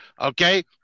okay